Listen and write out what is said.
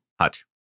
Hutch